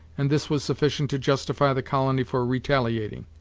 and this was sufficient to justify the colony for retaliating.